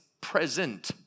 present